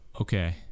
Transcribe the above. Okay